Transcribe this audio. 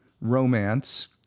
romance